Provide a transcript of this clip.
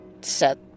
set